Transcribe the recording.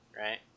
Right